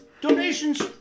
Donations